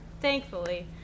thankfully